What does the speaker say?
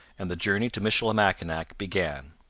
and the journey to michilimackinac began.